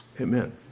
Amen